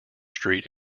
street